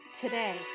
Today